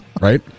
Right